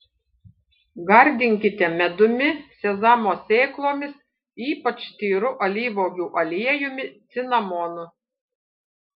gardinkite medumi sezamo sėklomis ypač tyru alyvuogių aliejumi cinamonu